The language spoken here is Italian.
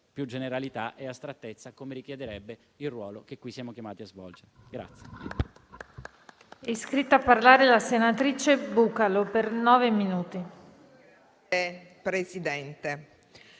generalità e astrattezza, come richiede il ruolo che qui siamo chiamati a svolgere.